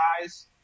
guys